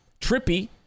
trippy